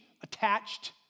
attached